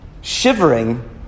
shivering